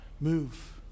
move